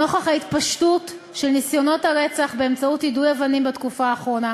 נוכח ההתפשטות של ניסיונות הרצח באמצעות יידוי אבנים בתקופה האחרונה